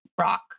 rock